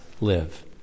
live